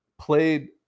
played